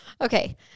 Okay